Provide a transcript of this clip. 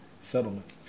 settlement